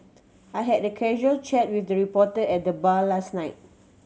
I had a casual chat with a reporter at the bar last night